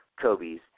Kobe's